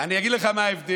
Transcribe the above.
אני אגיד לך מה ההבדל: